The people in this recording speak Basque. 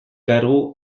kargu